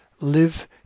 Live